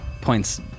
points